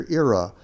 era